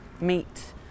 meet